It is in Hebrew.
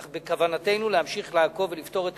אך בכוונתנו להמשיך לעקוב ולפתור את